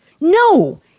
No